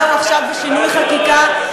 באו עכשיו בשינוי חקיקה,